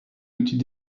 outil